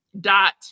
Dot